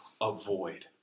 avoid